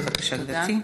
בבקשה, גברתי.